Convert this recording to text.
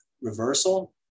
reversal